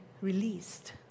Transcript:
released